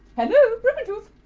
hello, broken tooth!